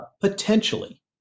potentially